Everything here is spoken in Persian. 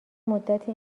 مدتی